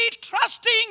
trusting